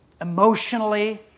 emotionally